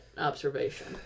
observation